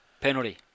Penalty